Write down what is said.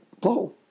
blow